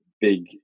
big